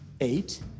eight